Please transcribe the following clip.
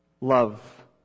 love